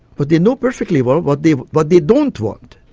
but they know perfectly well what they but they don't want.